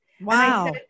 Wow